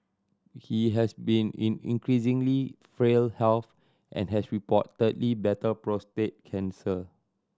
he has been in increasingly frail health and has reportedly battled prostate cancer